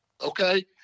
okay